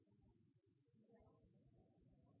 men det tror jeg